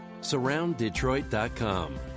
Surrounddetroit.com